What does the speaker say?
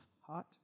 Hot